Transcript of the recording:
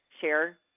share